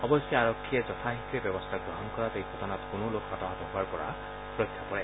অৱশ্যে আৰক্ষীয়ে যথাশীঘ্ৰে ব্যৱস্থা গ্ৰহণ কৰাত এই ঘটনাত কোনো লোক হতাহত হোৱাৰ পৰা ৰক্ষা পৰে